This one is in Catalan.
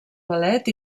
ballet